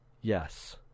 Yes